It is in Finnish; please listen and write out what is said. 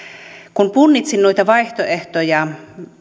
kun punnitsin noita vaihtoehtoja